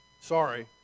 Sorry